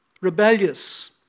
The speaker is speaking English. rebellious